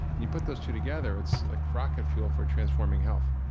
and you put those two together it's like rocket fuel for transforming health